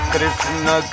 Krishna